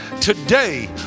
today